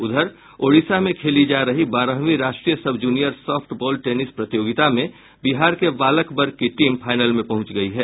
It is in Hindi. उधर ओडिशा में खेली जा रही बारहवीं राष्ट्रीय सब जूनियर सॉफ्ट बॉल टेनिस प्रतियोगिता में बिहार के बालक वर्ग की टीम फाइनल में पहुंच गयी है